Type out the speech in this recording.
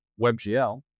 WebGL